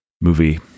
movie